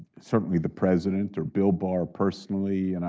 certainly the president or bill barr personally, you know,